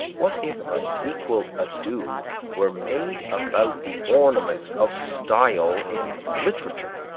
what if an equal ado were made about the ornaments of style in literature,